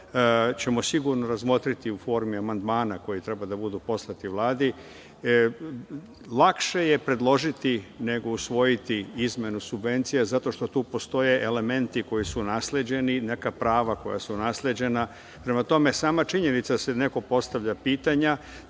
ćemo sigurno razmotriti u formi amandmana koji treba da budu poslati Vladi. Lakše je predložiti nego usvojiti izmenu subvencija, zato što tu postoje elementi koji su nasleđeni, neka prava koja su nasleđena. Prema tome, sama činjenica da se postavljaju pitanja